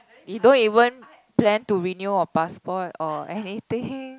you don't even plan to renew your passport or anything